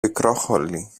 πικρόχολη